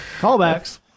callbacks